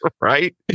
Right